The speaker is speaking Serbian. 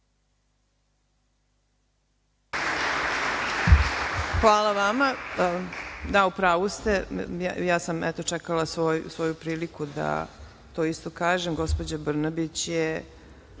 Hvala vama. Da, u pravu ste. Ja sam čekala svoju priliku da to isto kažem. Gospođa Brnabić se